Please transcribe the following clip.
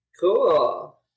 Cool